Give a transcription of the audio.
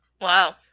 Wow